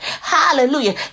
hallelujah